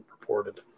reported